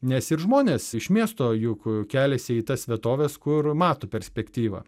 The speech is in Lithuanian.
nes ir žmonės iš miesto juk keliasi į tas vietoves kur mato perspektyvą